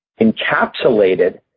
encapsulated